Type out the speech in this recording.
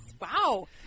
Wow